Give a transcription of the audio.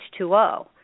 H2O